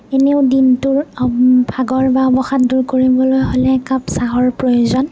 এনেও দিনটোৰ ভাগৰ বা অৱসাদ দূৰ কৰিবলৈ হ'লে একাপ চাহৰ প্ৰয়োজন